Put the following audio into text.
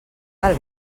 del